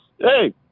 Hey